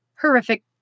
horrific